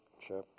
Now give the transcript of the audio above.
chapter